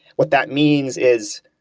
what that means is,